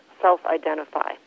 self-identify